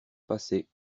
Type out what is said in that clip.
passer